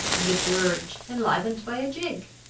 and a dirge enlivened by a jig.